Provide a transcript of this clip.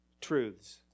truths